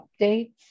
updates